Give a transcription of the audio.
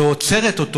לא עוצרת אותו,